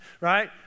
right